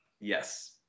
Yes